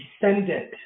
descendant